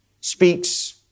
speaks